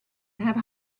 have